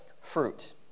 fruit